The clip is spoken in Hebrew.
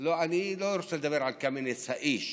אני לא רוצה לדבר על קמיניץ האיש,